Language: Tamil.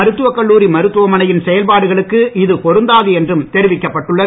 மருத்துவக் கல்லூரி மருத்துவமனையின் செயல்பாடுகளுக்கு இது பொருந்தாது என்றும் தெரிவிக்கப்பட்டுள்ளது